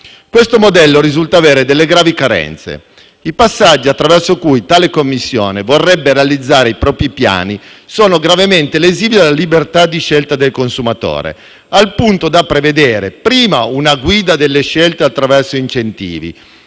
Questo modello risulta avere delle gravi carenze. I passaggi attraverso cui tale commissione vorrebbe realizzare i propri piani sono gravemente lesivi della libertà di scelta del consumatore, al punto da prevedere prima una guida delle scelte attraverso incentivi,